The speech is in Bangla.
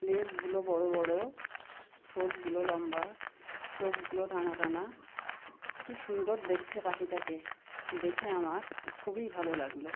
লেজগুলো বড়ো বড়ো ঠোটগুলো লম্বা চোকগুলো টানা টানা কি সুন্দর দেখতে পাখিটাকে দেখে আমার খুবই ভালো লাগলো